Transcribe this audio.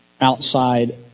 outside